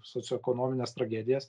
socioekonomines tragedijas